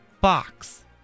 box